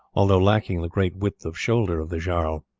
although lacking the great width of shoulder of the jarl.